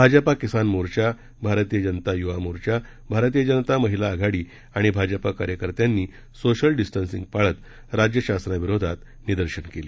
भाजपा किसान मोर्चा भारतीय दनता युवा मोर्चा भारतीय जनता महिला आघाडी आणि भाजपा कार्यकर्त्यांनी सोशल डिस्टसिंग पाळत राज्य शासनाविरोधात हे निदर्शन केलं